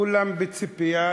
כולם ישבו בציפייה,